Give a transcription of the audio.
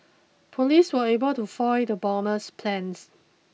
police were able to foil the bomber's plans